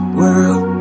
world